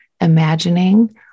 imagining